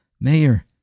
Mayor